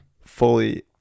fully